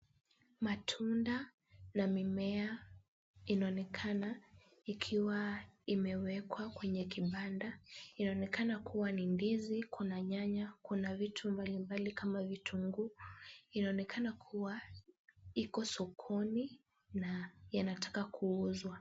Matunda na mimea inaonekana ikiwa imewekwa kwenye kibanda. Inaonekana kuwa ni ndizi, kuna nyanya, kuna vitu mbalimbali kama vitunguu. Inaonekana kuwa iko sokoni na yanataka kuuzwa.